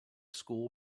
school